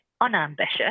unambitious